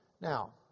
Now